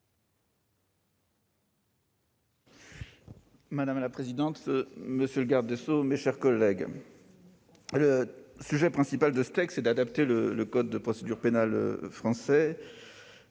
Madame la présidente, monsieur le garde des sceaux, mes chers collègues, le principal objet de ce texte est d'adapter le code de procédure pénale à la